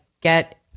get